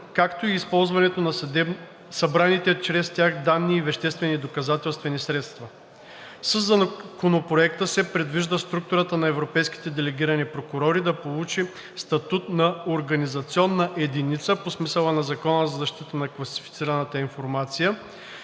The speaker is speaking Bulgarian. както и използването на събраните чрез тях данни и веществени доказателствени средства. Със Законопроекта се предвижда структурата на европейските делегирани прокурори да получи статут на „организационна единица“ по смисъла на Закона за защита на класифицираната информация,